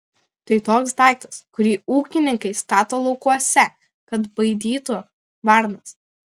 tai toks daiktas kurį ūkininkai stato laukuose kad baidytų varnas